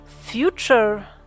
future